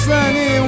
Sunny